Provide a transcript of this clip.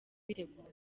biteguye